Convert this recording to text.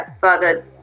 further